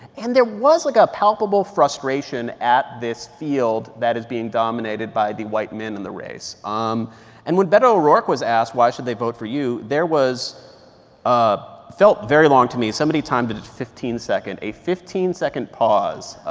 and there was, like, a palpable frustration at this field that is being dominated by the white men in the race um and when beto o'rourke was asked why should they vote for you, there was a felt very long to me, somebody timed it at fifteen second a fifteen second pause ah